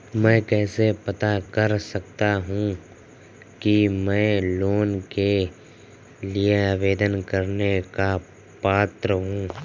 मैं कैसे पता कर सकता हूँ कि मैं लोन के लिए आवेदन करने का पात्र हूँ?